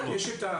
אבל יש שניים.